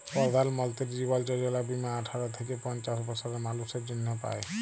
পরধাল মলতিরি জীবল যজলা বীমা আঠার থ্যাইকে পঞ্চাশ বসরের মালুসের জ্যনহে পায়